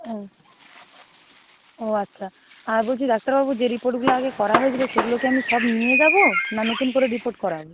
ওহ ও আচ্ছা আর বলছি ডাক্তারবাবু যে রিপোর্টগুলো আগে করা হয়েছিলো সেগুলো কি আমি সব নিয়ে যাবো না নতুন করে রিপোর্ট করা হবে